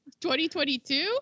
2022